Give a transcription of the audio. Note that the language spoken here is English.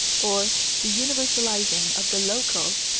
or the universalizing of the local,